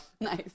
Nice